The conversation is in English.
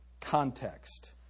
context